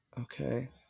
Okay